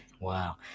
Wow